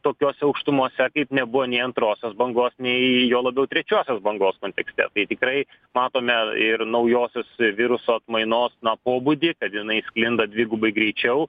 tokiose aukštumose kaip nebuvo nei antrosios bangos nei juo labiau trečiosios bangos kontekste tai tikrai matome ir naujosios viruso atmainos na pobūdį kad jinai sklinda dvigubai greičiau